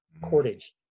cordage